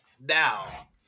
Now